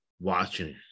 watching